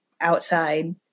Outside